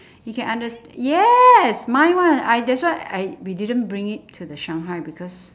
he can understa~ yes mine [one] I that's why I we didn't bring it to the shanghai because